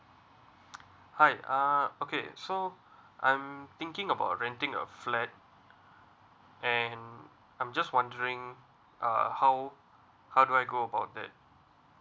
hi uh okay so I'm thinking about renting a flat and I'm just wondering uh how how do I go about that